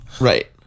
Right